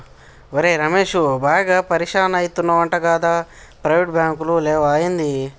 ఒరే రమేశూ, బాగా పరిషాన్ అయితున్నవటగదా, ప్రైవేటు బాంకులు లేవా ఏంది